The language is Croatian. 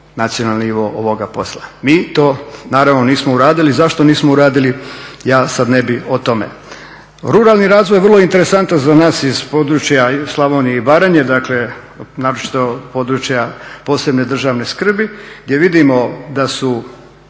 nacionalni nivo ovoga posla. Mi to naravno nismo uradili. Zašto nismo uradili ja sad ne bih o tome. Ruralni razvoj je vrlo interesantan za nas iz područja Slavonije i Baranje, dakle naročito područja posebne državne skrbi gdje vidimo da su